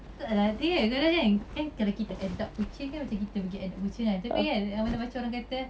tak ada hati kan kadang-kadang kan kan kalau kita adopt kucing kan macam kita pergi adopt kucing kan tapi kan macam orang kata